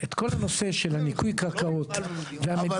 את כל הנושא של מיפוי קרקעות -- אבל